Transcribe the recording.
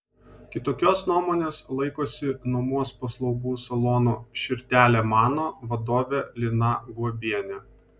kitokios nuomonės laikosi nuomos paslaugų salono širdele mano vadovė lina guobienė